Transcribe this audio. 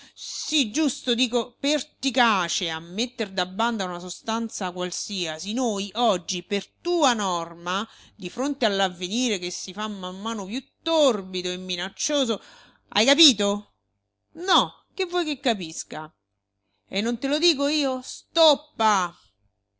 sì giusto dico perticace a metter da banda una sostanza qualsiasi noi oggi per tua norma di fronte all'avvenire che si fa man mano più torbido e minaccioso hai capito no che vuoi che capisca e non te lo dico io stoppa